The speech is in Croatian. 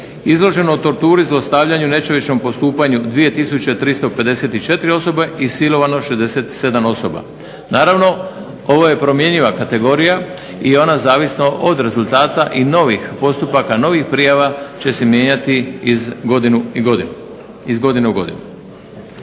izloženo torturi zlostavljanju, nečovječnom postupanju 2 tisuće 354 osobe i silovano 67 osoba. Naravno ovo je promjenjiva kategorija i ona zavisno od rezultata i novih postupaka novih prijava će se mijenjati iz godine u godinu.